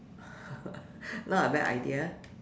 not a bad idea